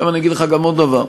עכשיו אני אגיד לך גם עוד דבר: